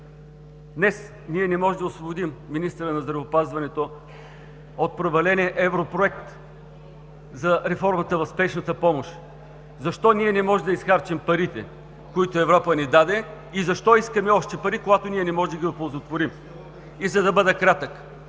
Днес ние не можем да освободим министъра на здравеопазването от проваления европроект за реформата в спешната помощ. Защо ние не може да изхарчим парите, които Европа ни даде, и защо искаме още пари, когато ние не може да ги оползотворим?! (Реплика от